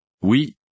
Oui